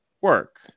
work